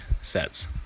Sets